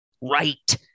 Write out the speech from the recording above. right